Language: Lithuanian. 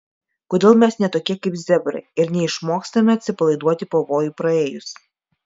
kodėl mes ne tokie kaip zebrai ir neišmokstame atsipalaiduoti pavojui praėjus